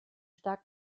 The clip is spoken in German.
stark